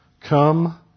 come